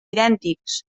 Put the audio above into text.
idèntics